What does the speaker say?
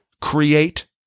Create